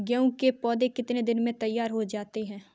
गेहूँ के पौधे कितने दिन में तैयार हो जाते हैं?